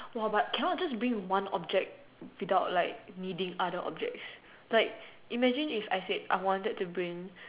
!wah! but cannot just bring one object without like needing other objects like imagine if I said I wanted to bring